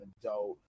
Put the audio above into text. adult